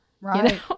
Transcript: Right